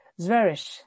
Zverish